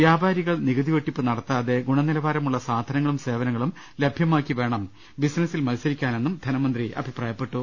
വൃാപാ രികൾ നികുതി വെട്ടിപ്പ് നടത്താതെ ഗുണനിലവാരമുള്ള സാധനങ്ങളും സേവനങ്ങളും ലഭ്യമാക്കി വേണം ബിസിനസ്സിൽ മത്സരിക്കാനെന്നും ധന മന്ത്രി അഭിപ്രായപ്പെട്ടു